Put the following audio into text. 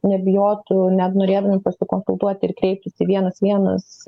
nebijotų net norėdami pasikonsultuoti ir kreiptųsi vienas vienas